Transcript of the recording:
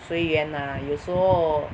随缘 lah 有时候